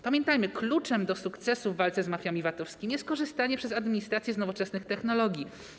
Pamiętajmy, kluczem do sukcesu w walce z mafiami VAT-owskimi jest korzystanie przez administrację z nowoczesnych technologii.